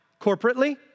corporately